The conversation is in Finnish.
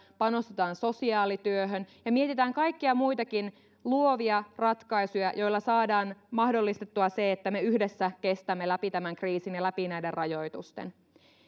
panostetaan sosiaalityöhön ja mietitään kaikkia muitakin luovia ratkaisuja joilla saadaan mahdollistettua se että me yhdessä kestämme läpi tämän kriisin ja läpi näiden rajoitusten